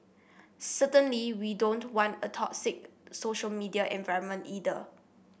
certainly we don't want a toxic social media environment either